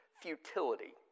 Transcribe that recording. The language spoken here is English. futility